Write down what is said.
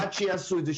עד שיעשו את זה?